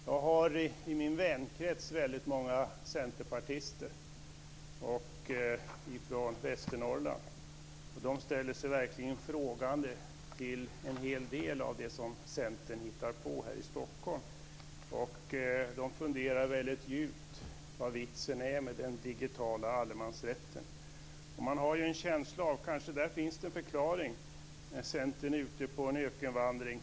Jag har i min vänkrets väldigt många centerpartister från Västernorrland, och de ställer sig verkligen frågande till en hel del av det som Centern hittar på här i Stockholm. De funderar väldigt djupt över vad vitsen är med den digitala allemansrätten. Man har en känsla av att där kanske finns en förklaring när Centern är ute på en ökenvandring.